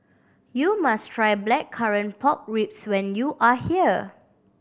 you must try Blackcurrant Pork Ribs when you are here